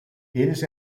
eles